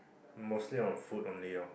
mostly on food only ah